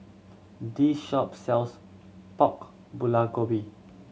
this shop sells Pork Bulgogi